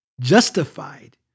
justified